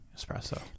espresso